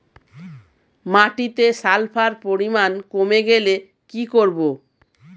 মাটিতে সালফার পরিমাণ কমে গেলে কি করব?